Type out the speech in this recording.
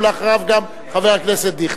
ולאחריו גם חבר הכנסת דיכטר.